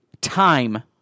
time